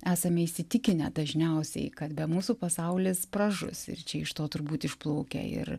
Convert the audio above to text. esame įsitikinę dažniausiai kad be mūsų pasaulis pražus ir čia iš to turbūt išplaukia ir